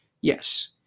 Yes